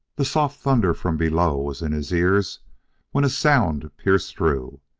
the soft thunder from below was in his ears when a sound pierced through.